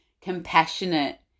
compassionate